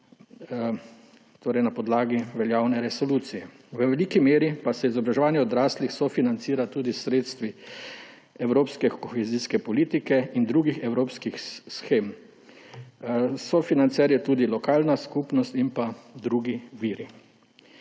na podlagi veljavne resolucije. V veliki meri pa se izobraževanje odraslih sofinancira tudi s sredstvi evropske kohezijske politike in drugih evropskih shem. Sofinancer je tudi lokalna skupnost in drugi viri.